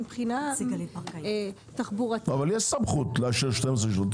מבחינה תחבורתית- -- אבל יש סמכות לאשר 12 שעות.